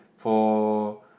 for